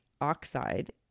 oxide